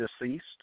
deceased